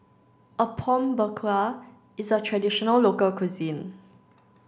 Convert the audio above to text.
Apom Berkuah is a traditional local cuisine